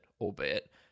albeit